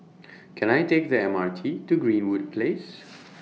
Can I Take The M R T to Greenwood Place